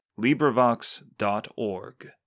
LibriVox.org